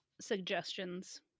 suggestions